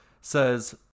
says